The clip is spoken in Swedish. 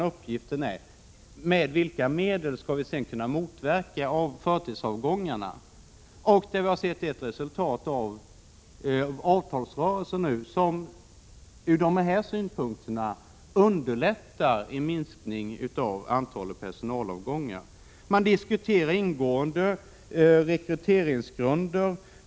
Uppgiften är sedan att komma fram till vilka medel som förtidsavgångarna skall motverkas med. Vi har sett ett resultat av avtalsrörelsen, som just i detta avseende har underlättat en minskning av antalet personalavgångar. Man diskuterar ingående rekryteringsgrunder.